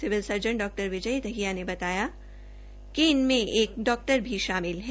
civil surgeon डा विजय दहिया ने बताया कि इनमें एक डाक्टर भी शामिल है